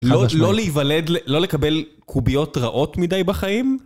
לא להיוולד, לא לקבל קוביות רעות מדי בחיים?